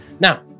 Now